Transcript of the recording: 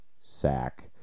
sack